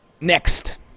Next